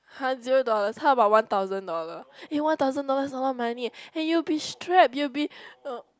[huh] zero dollars how about one thousand dollar eh one thousand dollars is a lot of money eh and you will be strap you will be